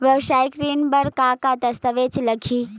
वेवसायिक ऋण बर का का दस्तावेज लगही?